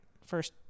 First